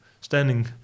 standing